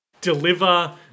deliver